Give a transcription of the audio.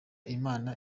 imana